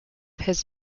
his